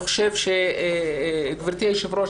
גברתי היושבת-ראש,